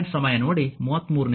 ಆದ್ದರಿಂದ ಅದು ಪ್ರತಿ ಕೂಲಂಬ್ಗೆ 26